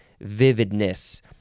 vividness